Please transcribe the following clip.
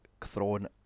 thrown